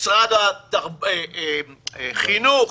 משרד החינוך,